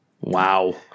Wow